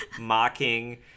Mocking